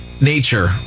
nature